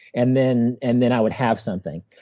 and then and then i would have something.